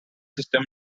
system